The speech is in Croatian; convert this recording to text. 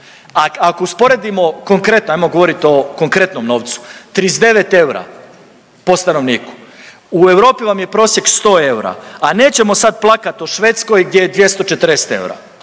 ako usporedimo, konkretno, ajmo govorit o konkretnom novcu, 39 eura po stanovniku, u Europi vam je prosjek 100 eura, a nećemo sad plakat o Švedskoj gdje je 240 eura